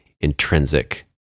intrinsic